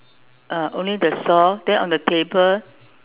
uh only the saw then on the table